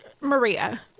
Maria